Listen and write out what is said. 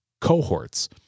cohorts